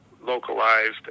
localized